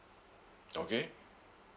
okay